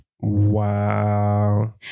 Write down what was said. Wow